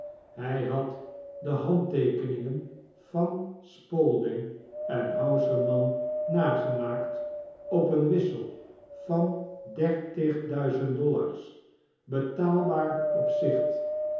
hij had de handteekeningen van spalding en hausermann nagemaakt op een wissel van dertig duizend dollars betaalbaar op zicht